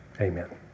Amen